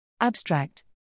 Abstract